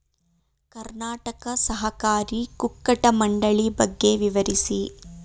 ಕರ್ನಾಟಕ ಸಹಕಾರಿ ಕುಕ್ಕಟ ಮಂಡಳಿ ಬಗ್ಗೆ ವಿವರಿಸಿ?